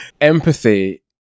Empathy